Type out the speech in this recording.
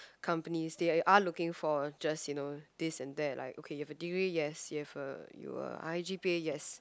companies they are looking for just you know this and that like okay you have a degree yes you have a you a high g_p_a yes